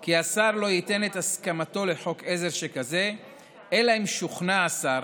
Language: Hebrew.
כי השר לא ייתן את הסכמתו לחוק עזר שכזה אלא אם כן שוכנע השר